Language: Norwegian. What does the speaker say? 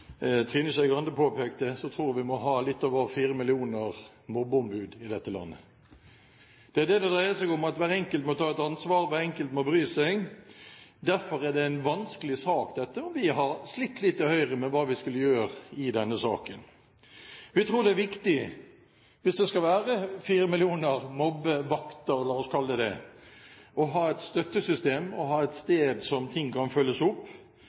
Trine Skei Grande påpekte – ha litt over fire millioner mobbeombud i dette landet. Det dreier seg om at hver enkelt må ta et ansvar, hver enkelt må bry seg. Derfor er dette en vanskelig sak, og vi i Høyre har slitt litt med hva vi skulle gjøre i denne saken. Vi tror det er viktig, hvis det skal være fire millioner mobbevakter – la oss kalle det det – å ha et støttesystem og ha et sted der ting kan følges opp.